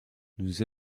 nous